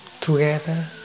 together